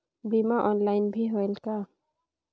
बीमा ऑनलाइन भी होयल का?